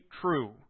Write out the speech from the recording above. true